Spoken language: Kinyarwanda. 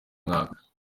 mwaka